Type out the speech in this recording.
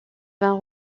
vins